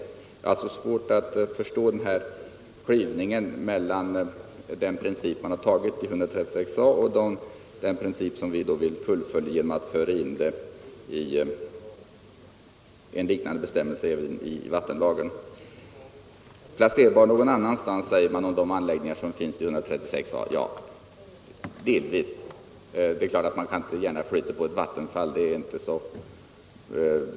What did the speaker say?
Jag har alltså svårt att förstå uppspaltningen mellan den princip som man har tagit in i 136 a § och den princip som vi vill fullfölja genom att föra in en liknande bestämmelse även i vattenlagen. Om sådana anläggningar som faller under 136 a § säger herrar Bergman och Danell att de kan placeras någon annanstans. Ja, delvis kan det villkoret uppfyllas. Det är klart att man inte gärna kan flytta ett vattenfall.